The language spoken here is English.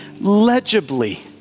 legibly